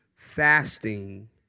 fasting